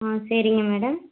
ஆ சரிங்க மேடம்